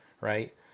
right